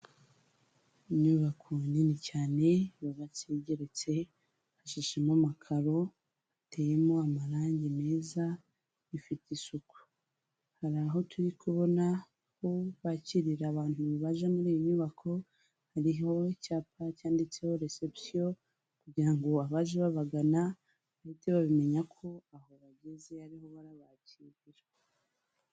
Inyubako nini cyane yubatse igeretse, hacishemo amakaro, hateyemo amarangi meza, hafite isuku. Hari aho turi kubona aho bakirira abantu baje muri iyi nyubako, hariho icyapa cyanditseho "reseption" kugirango abaje babagana bahite babimenya ko aho bageze ariho barabakirira.